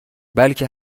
بلکه